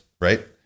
Right